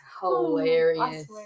hilarious